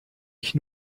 ich